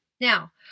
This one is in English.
Now